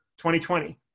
2020